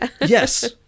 yes